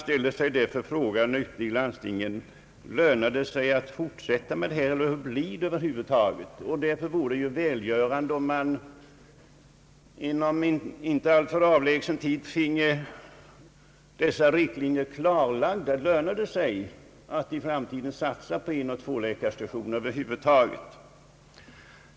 Många av dessa står nu tomma, och man frågar sig därför ute i landstingen: Lönar det sig att fortsätta på detta sätt, eller hur blir det i framtiden? Därför vore det värdefullt om man inom en inte alltför avlägsen tid finge riktlinjerna klarlagda. Lönar det sig att i framtiden satsa på enoch tvåläkarstationer?